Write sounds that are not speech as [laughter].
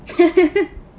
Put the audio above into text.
[laughs]